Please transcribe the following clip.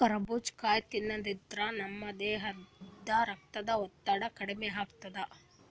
ಕರಬೂಜ್ ಕಾಯಿ ತಿನ್ನಾದ್ರಿನ್ದ ನಮ್ ದೇಹದ್ದ್ ರಕ್ತದ್ ಒತ್ತಡ ಕಮ್ಮಿ ಆತದ್